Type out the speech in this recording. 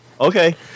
Okay